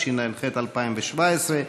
התשע"ח 2017,